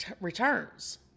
returns